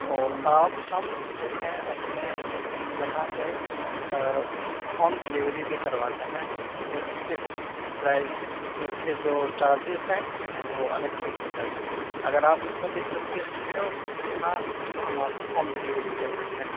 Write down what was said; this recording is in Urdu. اور آپ ہم جو ہیں اپنے یہاں سے ہوم ڈلیوری بھی کرواتے ہیں لیکن اس کے کچھ پرائز اس کے جو چارجز ہیں وہ الگ سے لیے جاتے ہیں اگر آپ اس میں دلچسپی رکھتے ہو یہاں تو ہم آپ کو ہوم ڈلیوری بھی کر سکتے ہیں